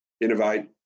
innovate